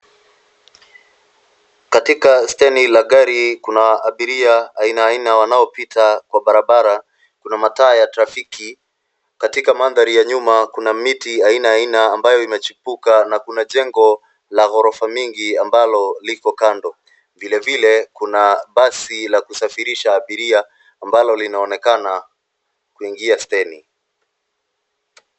Katika stendi la gari kuna abiria aina aina wanaopita kwa barabara. Kuna mataa ya trafiki, katika mandhari ya nyuma kuna miti aina aina ambayo imechipuka na kuna jengo la ghorofa mingi ambalo liko kando. Vilevile kuna basi la kusafirisha abiria ambalo linaonekana kuingia stendi.